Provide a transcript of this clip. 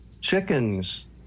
chickens